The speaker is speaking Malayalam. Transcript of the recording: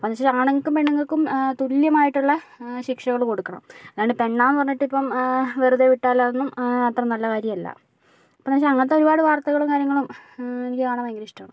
അപ്പോൾ എന്ന് വെച്ചിട്ടുണ്ടെങ്കിൽ ആണുങ്ങൾക്കും പെണ്ണുങ്ങൾക്കും തുല്യമായിട്ടുള്ള ശിക്ഷകള് കൊടുക്കണം അല്ലാണ്ട് പെണ്ണാണെന്ന് പറഞ്ഞിട്ട് വെറുതെ വിട്ടാലും അതൊന്നും അത്ര നല്ല കാര്യം അല്ലാ അപ്പോൾ എന്ന് വെച്ചാൽ അങ്ങനത്തെ ഒരുപാട് വാർത്തകളും കാര്യങ്ങളും എനിക്ക് കാണാൻ ഭയങ്കര ഇഷ്ടമാണ്